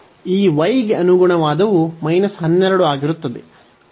ಈ y ಗೆ ಅನುಗುಣವಾದವು 12 ಆಗಿರುತ್ತದೆ ಮತ್ತು ಇಲ್ಲಿ y 3x ಆಗಿರುತ್ತದೆ